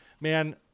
man